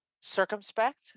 circumspect